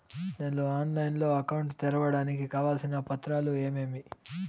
నేను ఆన్లైన్ లో అకౌంట్ తెరవడానికి కావాల్సిన పత్రాలు ఏమేమి?